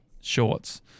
Shorts